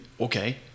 okay